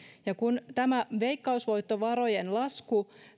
ja kun tämä veikkausvoittovarojen lasku